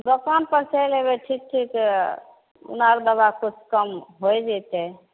दोकान पर चैलि अयबै ठीक ठीके दबा किछु कम होइ जेतै